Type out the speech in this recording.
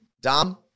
Dom